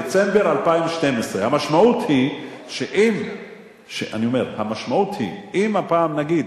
דצמבר 2012. המשמעות היא שאם הפעם, נגיד,